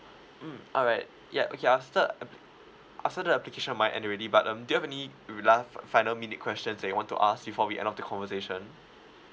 mm alright ya okay after after the application on my end already but um do you have any uh last final minute question that you want to ask before we end off the conversation